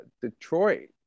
Detroit